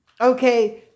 Okay